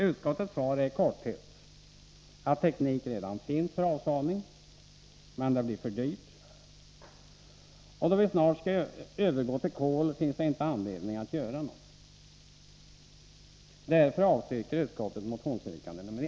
Utskottets svar är i korthet att teknik redan finns för avsvavling men att det blir för dyrt och att det inte finns anledning att göra något då vi snart skall övergå till kol. Utskottet avstyrker därför yrkande 1.